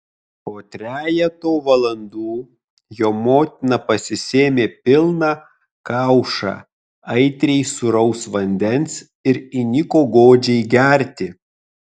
po trejeto valandų jo motina pasisėmė pilną kaušą aitriai sūraus vandens ir įniko godžiai gerti